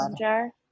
jar